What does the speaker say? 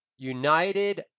United